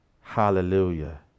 Hallelujah